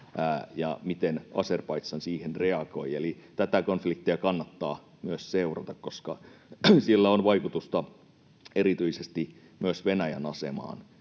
ja miten Azerbaidžan siihen reagoi. Eli myös tätä konfliktia kannattaa seurata, koska sillä on vaikutusta erityisesti myös Venäjän asemaan.